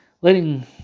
Letting